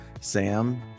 Sam